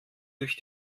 durch